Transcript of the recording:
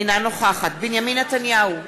אינה נוכחת בנימין נתניהו,